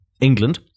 England